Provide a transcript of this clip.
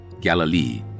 Galilee